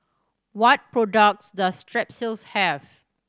what products does Strepsils have